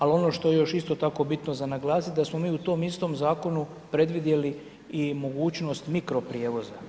Ali ono što je još isto tako bitno za naglasiti, da smo mi u tom istom zakonu predvidjeli i mogućnost mirkroprijevoza.